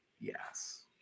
Yes